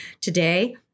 Today